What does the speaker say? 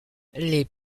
les